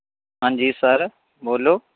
ਹਾਂਜੀ ਸਰ ਬੋਲੋ